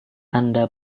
anda